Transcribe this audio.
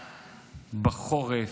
בחורף,